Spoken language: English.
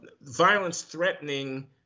violence-threatening